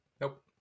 nope